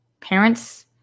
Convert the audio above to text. parents